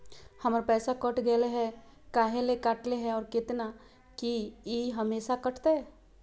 हमर पैसा कट गेलै हैं, काहे ले काटले है और कितना, की ई हमेसा कटतय?